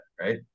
right